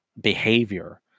behavior